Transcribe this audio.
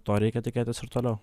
to reikia tikėtis ir toliau